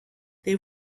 they